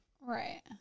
Right